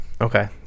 Okay